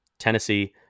Tennessee